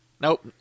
nope